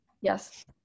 Yes